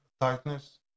tightness